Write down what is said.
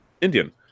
Indian